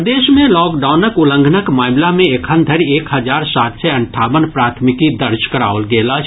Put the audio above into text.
प्रदेश मे लॉकडाउनक उल्लंघनक मामिला मे एखन धरि एक हजार सात सय अंठावन प्राथमिकी दर्ज कराओल गेल अछि